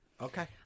Okay